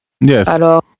Yes